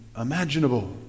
imaginable